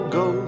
go